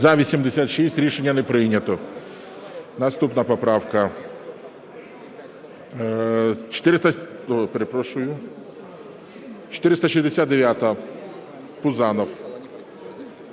За-86 Рішення не прийнято. Наступна поправка 469, Пузанов.